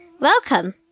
Welcome